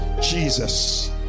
Jesus